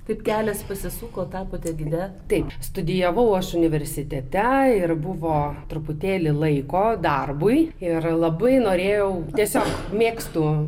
taip kelias pasisuko tapote gide taip studijavau aš universitete ir buvo truputėlį laiko darbui ir labai norėjau tiesiog mėgstu